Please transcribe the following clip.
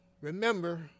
remember